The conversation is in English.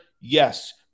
Yes